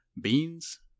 beans